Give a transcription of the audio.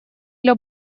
для